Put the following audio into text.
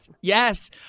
Yes